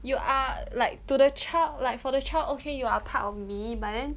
you are like to the child like for the child okay you are a part of me but then